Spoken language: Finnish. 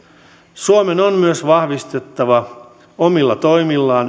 suomen on myös vahvistettava omilla toimillaan